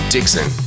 Dixon